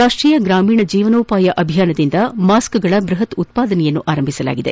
ರಾಷ್ಷೀಯ ಗ್ರಾಮೀಣ ಜೀವನೋಪಾಯ ಅಭಿಯಾನದಿಂದ ಮಾಸ್ಗಳ ಬೃಹತ್ ಉತ್ಪಾದನೆಯನ್ನು ಆರಂಭಿಸಲಾಗಿದೆ